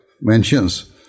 mentions